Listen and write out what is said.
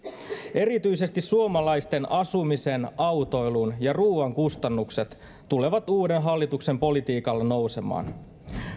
erityisesti asumisen autoilun ja ruuan kustannukset tulevat suomalaisilla uuden hallituksen politiikalla nousemaan